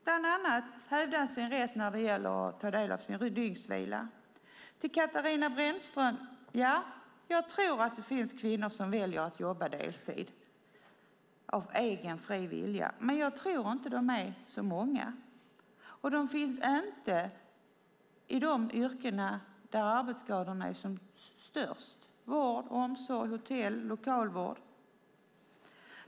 Bland annat gäller det att hävda sin rätt till dygnsvila. Till Katarina Brännström vill jag säga: Ja, jag tror att det finns kvinnor som väljer att jobba deltid av egen fri vilja. Men jag tror inte att de är så många. De finns inte i de yrken där arbetsskadorna är som störst - vård, omsorg, hotell, lokalvård.